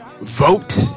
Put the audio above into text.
Vote